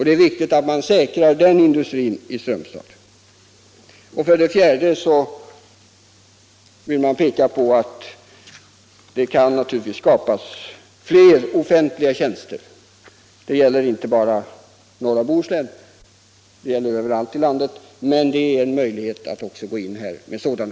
Det är viktigt att man säkrar den industrin i Strömstad. 4. Det kan naturligtvis skapas fler offentliga tjänster. Det gäller inte bara norra Bohuslän utan hela landet, men en möjlighet är att här gå in med sådana.